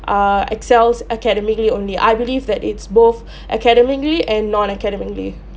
err excels academically only I believe that it's both academically and non academically